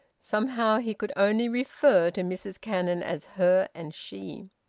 somehow he could only refer to mrs cannon as her and she.